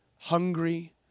hungry